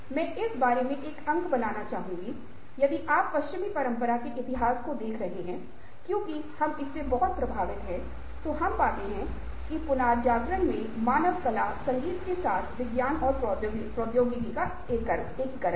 मैं इस बारे में एक अंक बनाना चाहूंगा यदि आप पश्चिमी परंपरा के इतिहास को देख रहे हैं क्योंकि हम इससे बहुत प्रभावित हैं तो हम पाते हैं कि पुनर्जागरण में मानव कला संगीत के साथ विज्ञान और प्रौद्योगिकी का एकीकरण था